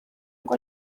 ngo